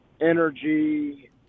energy